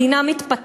היא מדינה מתפתחת,